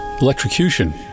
electrocution